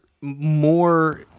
more